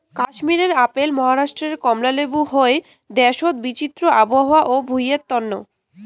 কাশ্মীরে আপেল, মহারাষ্ট্রে কমলা লেবু হই দ্যাশোত বিচিত্র আবহাওয়া ও ভুঁইয়ের তন্ন